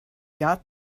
got